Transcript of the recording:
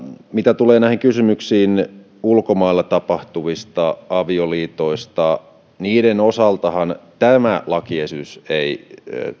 mitä tulee kysymyksiin ulkomailla tapahtuvista avioliitoista niiden osaltahan tämä lakiesitys ei